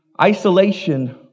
isolation